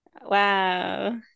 Wow